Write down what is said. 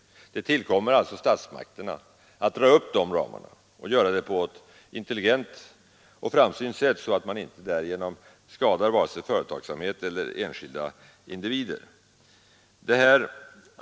Det tillkommer alltså statsmakterna att dra upp dessa ramar och göra det på ett intelligent och framsynt sätt så att man inte därigenom skadar vare sig företagsamhet eller enskilda individer.